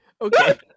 okay